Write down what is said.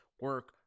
Work